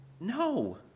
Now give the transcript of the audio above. No